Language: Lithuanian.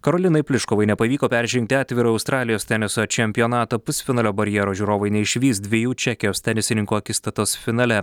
karolinai pliškovai nepavyko peržengti atviro australijos teniso čempionato pusfinalio barjero žiūrovai neišvys dviejų čekijos tenisininkų akistatos finale